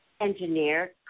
engineer